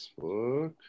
Facebook